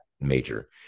major